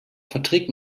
verträgt